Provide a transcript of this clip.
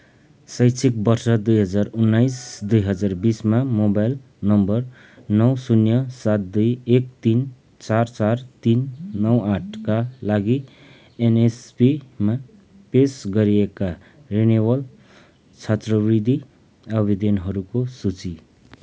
शैक्षिक वर्ष दुई हजार उन्नाइस दुई हजार बिसमा मोबाइल नम्बर नौ शून्य सात दुई एक तिन चार चार तिन नौ आठका लागि एनएसपीमा पेस गरिएका रिन्युवल छात्रवृत्ति आवेदनहरूको सुची